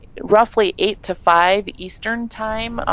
roughly eight to five eastern time.